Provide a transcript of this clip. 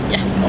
Yes